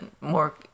more